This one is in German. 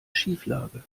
schieflage